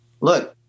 look